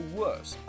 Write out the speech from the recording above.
worse